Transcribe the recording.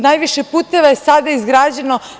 Najviše puteva je sada izgrađeno.